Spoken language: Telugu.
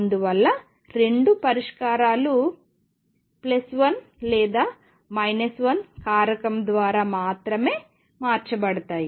అందువల్ల రెండు పరిష్కారాలు 1 లేదా 1 కారకం ద్వారా మాత్రమే మార్చబడతాయి